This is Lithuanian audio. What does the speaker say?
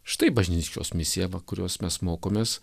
štai bažnyčios misija va kuriuos mes mokomės